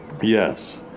Yes